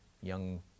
young